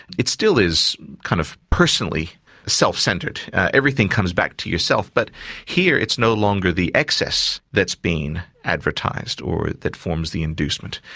it still is kind of personally self-centred. everything comes back to yourself, but here it's no longer the excess that's being advertised, or that forms the inducement.